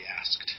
asked